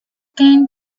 can